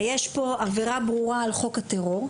ויש פה עבירה ברורה על חוק הטרור.